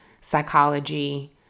psychology